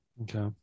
Okay